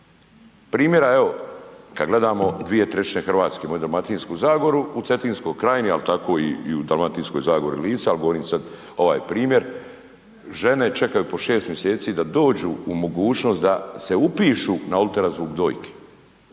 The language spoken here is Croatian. Primjera evo, kad gledamo 2/3 Hrvatske, moju Dalmatinsku zagoru u Cetinskoj krajini, al tako i u Dalmatinskoj zagori Lici, al govorim sad ovaj primjer žene čekaju po 6 mjeseci da dođu mogućnost da se upišu na UZV dojke.